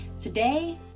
today